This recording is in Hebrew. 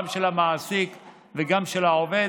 גם של המעסיק וגם של העובד.